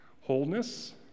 wholeness